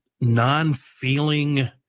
non-feeling